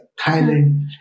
Thailand